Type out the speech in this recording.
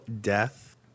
death